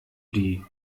die